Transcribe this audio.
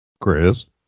Chris